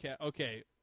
Okay